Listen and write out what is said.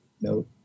No